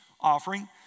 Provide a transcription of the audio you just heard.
offering